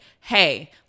hey